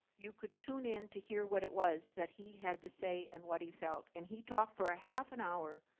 you could tune in to hear what it was that he had to say and what he felt. and he talked for a half an hour,